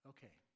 Okay